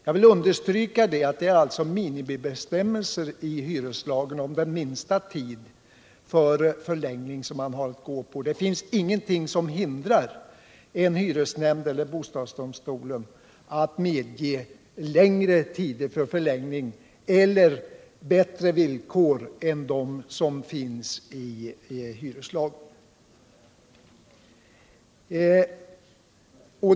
Jag vill understryka att det är fråga om minimibestämmelser. Det finns ingenting som hindrar en hyresnämnd eller bostadsdomstolen att medge ytterligare förlängning eller bättre villkor än de som föreskrivs i hyreslagen.